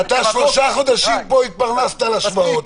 אתה שלושה חודשים התפרנסת מהשוואות,